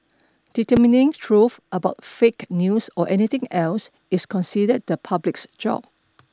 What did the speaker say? determining truth about fake news or anything else is considered the public's job